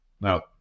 Now